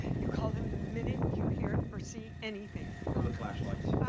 you call him the minute you hear or see anything. where are the flashlights?